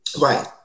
Right